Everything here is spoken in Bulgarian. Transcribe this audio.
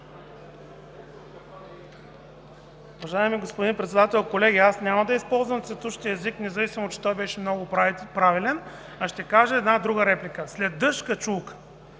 Уважаеми господин Председател, колеги! Няма да използвам цветущ език, независимо, че той беше много правилен, а ще кажа друга реплика: „след дъжд – качулка“.